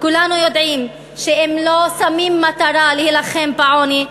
כולנו יודעים שאם לא שמים למטרה להילחם בעוני,